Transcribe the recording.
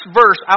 verse